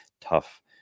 tough